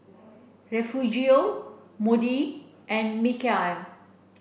Refugio Moody and Mikeal